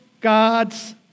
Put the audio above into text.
God's